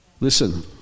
Listen